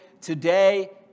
today